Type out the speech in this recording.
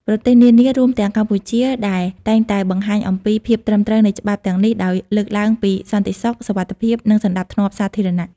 ប្រទេសនានា រួមទាំងកម្ពុជាដែរតែងតែបង្ហាញអំពីភាពត្រឹមត្រូវនៃច្បាប់ទាំងនេះដោយលើកឡើងពីសន្តិសុខ សុវត្ថិភាព និងសណ្តាប់ធ្នាប់សាធារណៈ